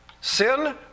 Sin